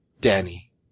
Danny